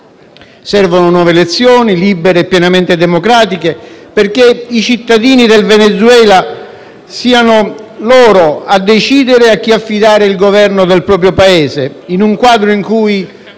Servono nuove elezioni, libere e pienamente democratiche, perché siano i cittadini del Venezuela a decidere a chi affidare il Governo del proprio Paese, in un quadro in cui